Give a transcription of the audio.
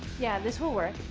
yeah, this will work.